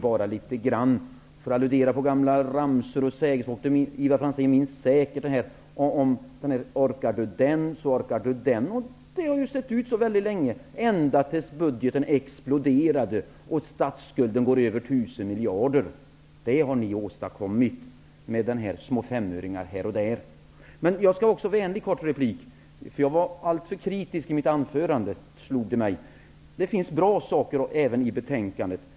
För att alludera på gamla ramsor, minns Ivar Franzén säkert den här ramsan om att orkar du den, så orkar du den osv. Så har det ju sett ut länge, ända till dess att budgeten exploderade och statsskulden uppgick till över 1 000 miljarder. Det är vad ni har åstadkommit med era små femöringar här och där. Jag skall också vara vänlig i min replik, eftersom jag var alldeles för kritisk i mitt anförande. Det finns även bra saker i betänkandet.